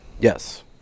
Yes